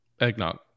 eggnog